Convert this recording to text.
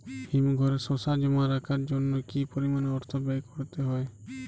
হিমঘরে শসা জমা রাখার জন্য কি পরিমাণ অর্থ ব্যয় করতে হয়?